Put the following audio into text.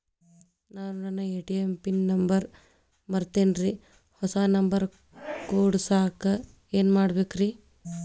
ನಾನು ನನ್ನ ATM PIN number ಮರ್ತೇನ್ರಿ, ಹೊಸಾ ನಂಬರ್ ಕುಡಸಾಕ್ ಏನ್ ಮಾಡ್ಬೇಕ್ರಿ?